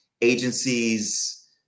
agencies